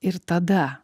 ir tada